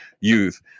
youth